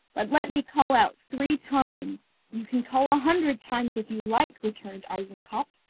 but let me call out three times you can call a hundred times if you like returned eisenkopf,